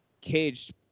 caged